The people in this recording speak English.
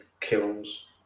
kills